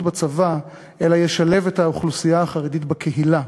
בצבא אלא ישלב את האוכלוסייה החרדית בקהילה,